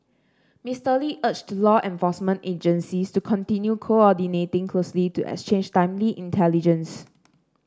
Mister Lee urged law enforcement agencies to continue coordinating closely to exchange timely intelligence